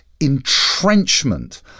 entrenchment